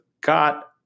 got